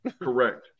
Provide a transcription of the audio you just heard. Correct